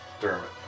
Dermot